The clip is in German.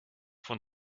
von